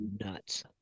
nuts